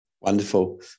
Wonderful